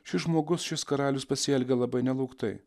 šis žmogus šis karalius pasielgia labai nelauktai